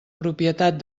propietat